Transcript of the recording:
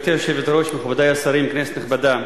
גברתי היושבת-ראש, מכובדי השרים, כנסת נכבדה,